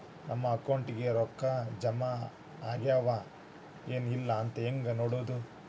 ನಮ್ಮ ಅಕೌಂಟಿಗೆ ರೊಕ್ಕ ಜಮಾ ಆಗ್ಯಾವ ಏನ್ ಇಲ್ಲ ಅಂತ ಹೆಂಗ್ ನೋಡೋದು?